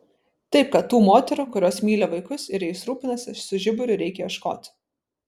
taip kad tų moterų kurios myli vaikus ir jais rūpinasi su žiburiu reikia ieškoti